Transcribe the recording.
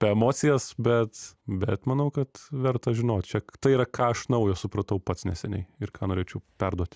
apie emocijas bet bet manau kad verta žinot čia tai yra ką aš naujo supratau pats neseniai ir ką norėčiau perduot